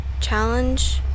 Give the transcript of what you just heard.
Challenge